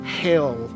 hell